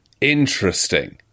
Interesting